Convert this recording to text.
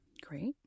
Great